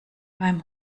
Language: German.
beim